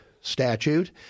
statute